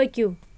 پٔکِو